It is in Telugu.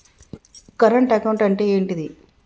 కరెంట్ అకౌంట్ అంటే ఏంటిది?